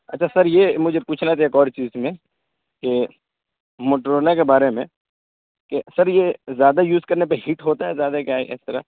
اچھا سر یہ مجھے پوچھنا تھا ایک اور چیز میں کہ موٹرولا کے بارے میں کہ سر یہ زیادہ یوز کرنے پہ ہیٹ ہوتا ہے زیادہ کیا ہے اس طرح